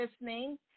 listening